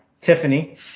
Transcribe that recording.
Tiffany